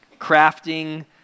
crafting